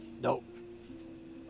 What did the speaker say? Nope